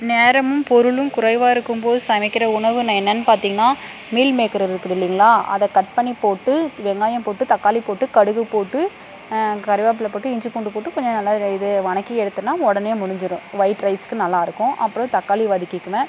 நேரமும் பொருளும் குறைவாயிருக்கும் போது சமைக்கிற உணவு நான் என்னென்னு பார்த்திங்கனா மீல் மேக்கர் இருக்குதுல்லைங்களா அதை கட் பண்ணி போட்டு வெங்காயம் போட்டு தக்காளி போட்டு கடுகு போட்டு கருவேப்பிலை போட்டு இஞ்சி பூண்டு போட்டு கொஞ்சம் நல்லா இது வதக்கி எடுத்தோன்னா உடனே முடிஞ்சிடும் ஒய்ட் ரைஸ்க்கு நல்லாயிருக்கும் அப்புறம் தக்காளி வதக்கிக்குவேன்